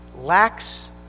lacks